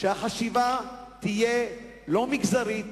שהחשיבה תהיה לא מגזרית